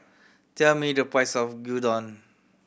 tell me the price of Gyudon